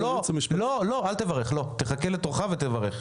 אל תברך, תחכה לתורך ותברך.